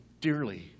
dearly